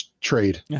trade